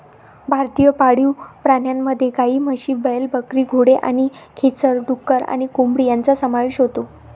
भारतीय पाळीव प्राण्यांमध्ये गायी, म्हशी, बैल, बकरी, घोडे आणि खेचर, डुक्कर आणि कोंबडी यांचा समावेश होतो